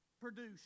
produce